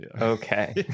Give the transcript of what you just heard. okay